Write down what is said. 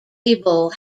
abel